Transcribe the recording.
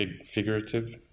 figurative